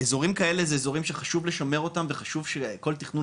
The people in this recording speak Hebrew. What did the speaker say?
אזורים כאלה זה אזורים שחשוב לשמר אותם וחשוב שכל תכנון